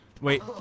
Wait